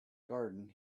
garden